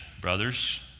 brothers